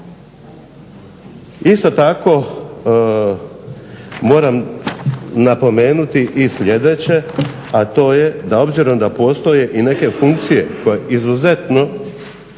Isto tako moram napomenuti i sljedeće a to je da obzirom da postoje neke funkcije koje su izuzetno